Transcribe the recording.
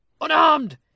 Unarmed